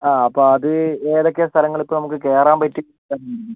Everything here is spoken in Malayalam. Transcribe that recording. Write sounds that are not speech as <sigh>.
ആ അപ്പോൾ അത് ഏതൊക്കെ സ്ഥലങ്ങൾ ഇപ്പോൾ നമുക്ക് കയറാൻ പറ്റി <unintelligible>